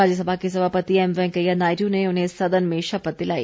राज्यसभा के सभापति एम वेंकैया नायडू ने उन्हें सदन में शपथ दिलाई